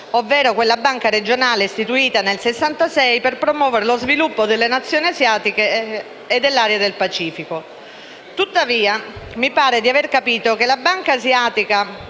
ovvero quella banca regionale istituita nel 1966 per proporre lo sviluppo delle Nazioni asiatiche e dell'area del Pacifico. Tuttavia, mi pare di avere capito che la Banca asiatica,